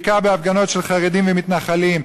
בעיקר בהפגנות של חרדים ומתנחלים,